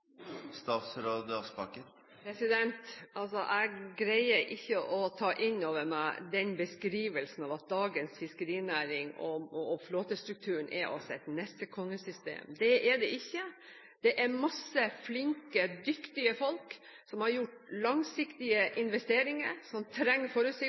Jeg greier ikke å ta inn over meg den beskrivelsen at dagens fiskerinæring og flåtestrukturen er et «nessekonge-system». Det er den ikke. Det er masse flinke, dyktige folk som har gjort